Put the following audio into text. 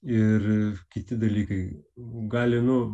ir kiti dalykai gali nu